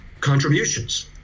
contributions